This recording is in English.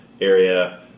area